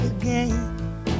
again